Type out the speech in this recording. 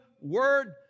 word